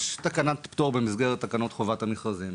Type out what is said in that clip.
יש תקנת פטור במסגרת תקנות חובת המכרזים,